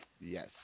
Yes